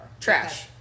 Trash